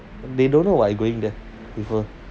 they don't know I going there with her